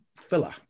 filler